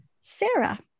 Sarah